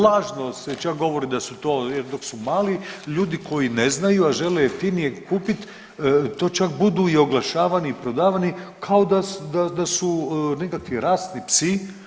Lažno se čak govori da su to dok su mali, ljudi koji ne znaju, a žele jeftinije kupiti to čak budu i oglašavani i prodavani kao da su nekakvi rasni psi.